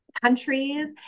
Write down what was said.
countries